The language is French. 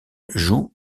joue